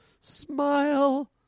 Smile